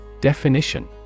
Definition